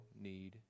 need